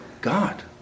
God